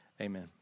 Amen